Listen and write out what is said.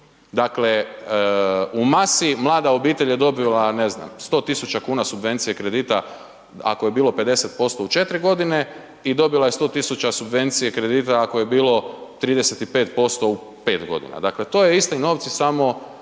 Dakle u masi mlada obitelj je dobila ne znam, 100 000 kuna subvencije kredita ako je bilo 50% u 4 g. i dobila je 100 000 subvencije kredita ako je bilo 35% u 5 g., dakle to je isti novci samo